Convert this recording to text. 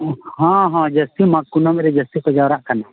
ᱦᱮᱸ ᱦᱮᱸ ᱡᱟᱹᱥᱛᱤ ᱢᱟᱜᱽ ᱠᱩᱱᱟᱹᱢᱤ ᱨᱮ ᱡᱟᱹᱥᱛᱤ ᱠᱚ ᱡᱟᱣᱨᱟᱜ ᱠᱟᱱᱟ